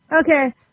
okay